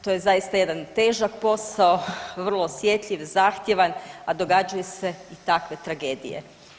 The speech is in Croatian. To je zaista jedan težak posao, vrlo osjetljiv, zahtjeva, a događaju se takve tragedije.